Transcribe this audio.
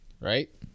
right